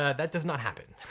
that does not happen.